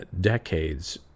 decades